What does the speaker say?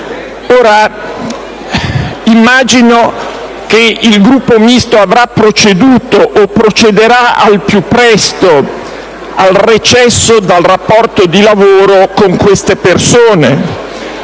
Ora, immagino che il Gruppo Misto avrà proceduto o procederà al più presto al recesso dal rapporto di lavoro con queste persone,